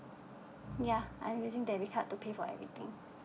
ya I'm using debit card to pay for everything